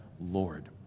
Lord